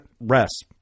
rest